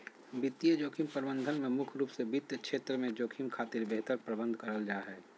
वित्तीय जोखिम प्रबंधन में मुख्य रूप से वित्त क्षेत्र में जोखिम खातिर बेहतर प्रबंध करल जा हय